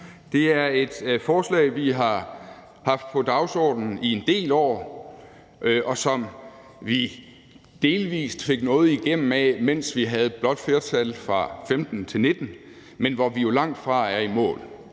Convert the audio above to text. Det er et forslag, vi har haft på dagsordenen i en del år, og som vi delvis fik noget igennem af, mens vi havde blåt flertal fra 2015-2019, men vi er jo langtfra i mål.